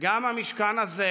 גם המשכן הזה,